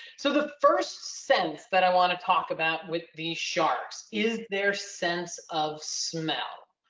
so the first sense that i want to talk about with these sharks is their sense of smell.